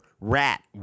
rat